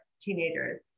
teenagers